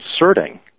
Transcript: inserting